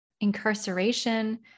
incarceration